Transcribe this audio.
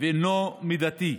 ואינו מידתי.